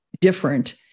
different